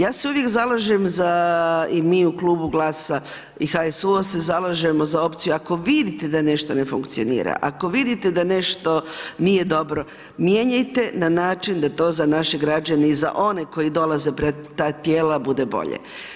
Ja se uvijek zalažem i mi u klubu GLAS-a i HSU-a se zalažemo za opciju ako vidite da nešto ne funkcionira, ako vidite da nešto nije dobro mijenjajte na način da to za naše građane i za one koji dolaze ta tijela bude bolje.